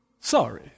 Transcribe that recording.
Sorry